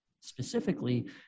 specifically